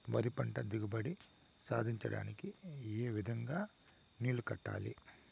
వరి పంట దిగుబడి సాధించడానికి, ఏ విధంగా నీళ్లు కట్టాలి?